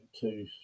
two